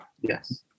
Yes